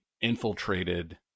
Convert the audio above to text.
infiltrated